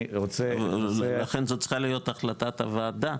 לכן זאת צריכה להיות החלטת הוועדה,